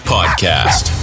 Podcast